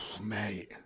mate